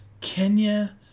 Kenya